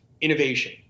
innovation